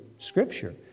Scripture